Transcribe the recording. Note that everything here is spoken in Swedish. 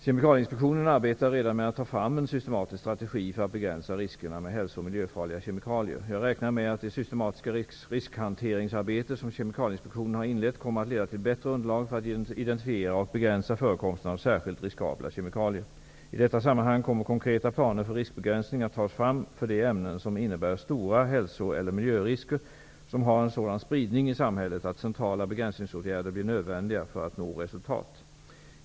Kemikalieinspektionen arbetar redan med att ta fram en systematisk strategi för att begränsa riskerna med hälso och miljöfarliga kemikalier. Jag räknar med att det systematiska riskhanteringsarbete som Kemikalieinspektionen har inlett kommer att leda till bättre underlag för att identifiera och begränsa förekomsten av särskilt riskabla kemikalier. I detta sammanhang kommer konkreta planer för riskbegränsning att tas fram för de ämnen som innebär stora hälso eller miljörisker och som har en sådan spridning i samhället att centrala begränsningsåtgärder blir nödvändiga för att nå resultat.